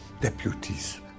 deputies